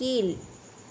கீழ்